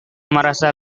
merasa